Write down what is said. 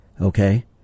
Okay